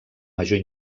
major